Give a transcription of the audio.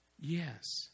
yes